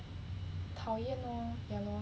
讨厌 lor ya lor